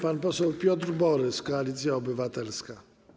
Pan poseł Piotr Borys, Koalicja Obywatelska.